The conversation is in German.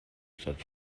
stadt